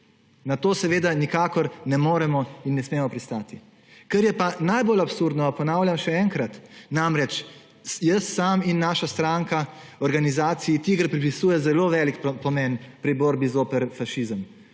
Na to seveda nikakor ne moremo in ne smemo pristati. Kar je pa najbolj absurdno, ponavljam še enkrat, namreč jaz sam in naša stranka organizaciji TIGR pripisuje zelo velik pomen pri borbi zoper fašizem,